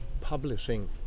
publishing